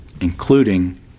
including